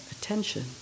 attention